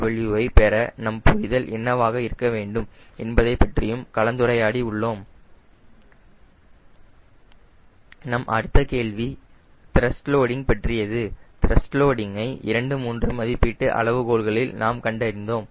TW ஐ பெற நம் புரிதல் என்னவாக இருக்க வேண்டும் என்பதை பற்றியும் நாம் கலந்துரையாடி உள்ளோம்